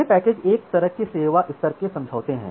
ये पैकेज एक तरह के सेवा स्तर के समझौते हैं